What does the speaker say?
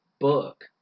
book